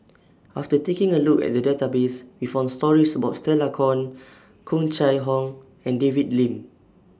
after taking A Look At The Database We found stories about Stella Kon Tung Chye Hong and David Lim